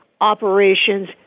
Operations